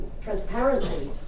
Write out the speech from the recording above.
transparency